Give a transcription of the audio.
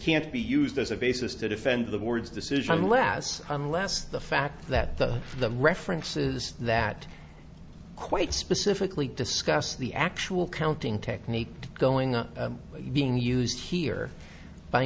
can't be used as a basis to defend the board's decision unless unless the fact that the the references that quite specifically discuss the actual counting technique going on being used here by